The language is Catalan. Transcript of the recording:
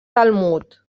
talmud